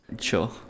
Sure